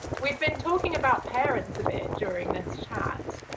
we've been talking about parents a bit during this chat.